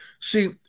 See